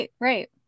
Right